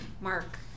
Mark